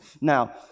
Now